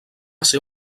ser